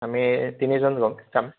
আমি এই তিনিজন লওঁ যাম